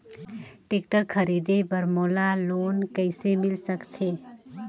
Tractor खरीदे बर मोला लोन कइसे मिल सकथे?